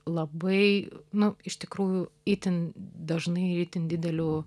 labai nu iš tikrųjų itin dažnai itin dideliu